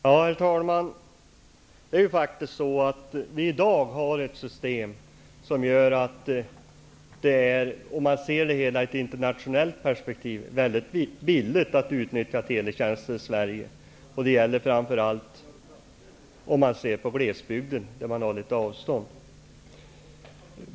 Herr talman! Vi har i dag ett system som gör det, om man ser det hela i ett internationellt perspektiv, mycket billigt i Sverige att utnyttja teletjänster. Det gäller framför allt glesbygden, där man har avstånd.